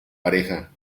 pareja